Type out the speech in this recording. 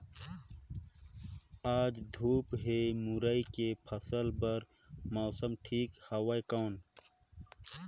आज धूप हे मुरई के फसल बार मौसम ठीक हवय कौन?